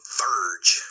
verge